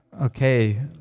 okay